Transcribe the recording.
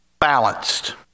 balanced